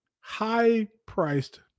high-priced